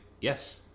yes